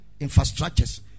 infrastructures